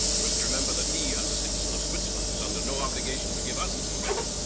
we must remember that he, as a citizen of switzerland, is under no obligation to give us his invention.